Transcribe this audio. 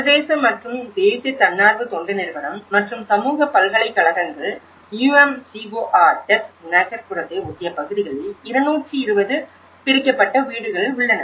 சர்வதேச மற்றும் தேசிய தன்னார்வ தொண்டு நிறுவனம் மற்றும் சமூக பல்கலைக்கழகங்கள் UMCOR டஸ் நகர்ப்புறத்தை ஒட்டிய பகுதிகளில் 220 பிரிக்கப்பட்ட வீடுகள் உள்ளன